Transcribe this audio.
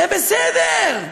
זה בסדר,